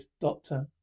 doctor